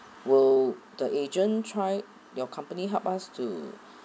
will the agent try your company help us to